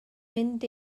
mynd